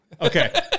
Okay